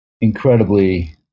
incredibly